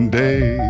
day